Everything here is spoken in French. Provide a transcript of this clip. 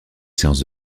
séances